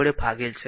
વડે ભાગેલ છે